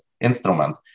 instrument